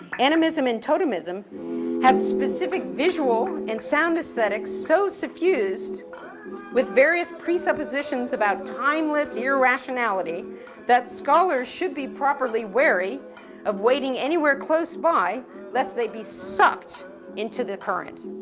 animism and totemism have specific visual and sound aesthetics so suffused with various presuppositions about timeless irrationality that scholars should be properly wary of waiting anywhere close by lest they be sucked into the current.